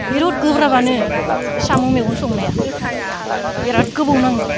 बिरात गोब्राबआनो साम' मैगं संनाया बिरात गोबाव नाङो